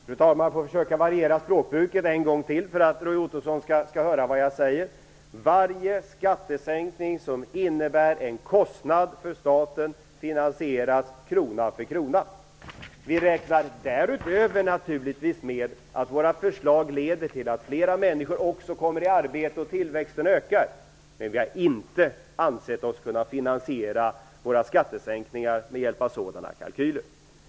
Fru talman! Jag får försöka variera språkbruket så att Roy Ottosson kan höra vad jag säger. Varje skattesänkning som innebär en kostnad för staten finansieras krona för krona. Naturligtvis räknar vi därutöver med att våra förslag leder till att fler människor kommer i arbete och att tillväxten ökar. Men vi har inte ansett oss kunna finansiera våra skattesänkningar med hjälp av sådana kalkyler.